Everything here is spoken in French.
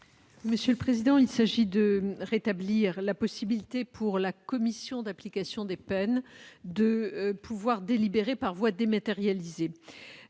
Par cet amendement, il s'agit de rétablir la possibilité pour la commission de l'application des peines de délibérer par voie dématérialisée.